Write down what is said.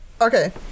Okay